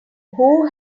who